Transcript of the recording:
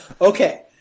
Okay